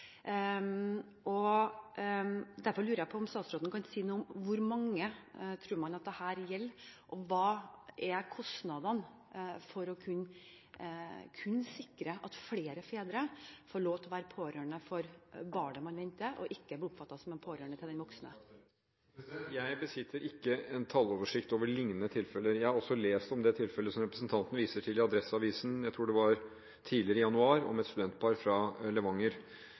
Derfor lurer jeg på om statsråden kan si noe om hvor mange man tror at dette gjelder, og hva som er kostnadene for å kunne sikre at flere fedre får lov til å være pårørende for barnet man venter, og ikke blir oppfattet som en pårørende for den voksne. Jeg besitter ikke en talloversikt over lignende tilfeller. Jeg har også lest om det tilfellet som representanten viser til, i Adresseavisen – jeg tror det var tidligere i januar – om et studentpar fra Levanger.